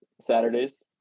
Saturdays